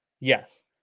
yes